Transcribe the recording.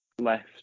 left